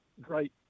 great